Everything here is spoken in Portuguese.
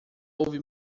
ouve